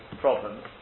problems